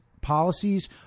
policies